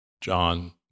John